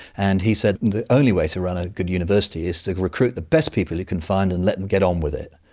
and he said the only way to run a good university is to recruit the best people you can find and let them and get on with it.